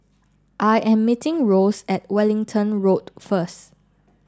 I am meeting Rose at Wellington Road first